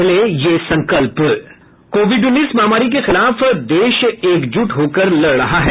पहले ये संकल्प कोविड उन्नीस महामारी के खिलाफ देश एकजुट होकर लड़ रहा है